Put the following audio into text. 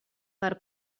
per